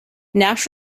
nash